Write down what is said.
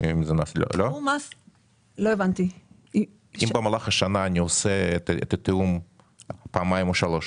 אם במהלך השנה אני עושה את התיאום פעמיים או שלוש פעמים,